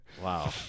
Wow